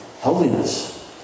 holiness